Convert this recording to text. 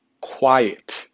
quiet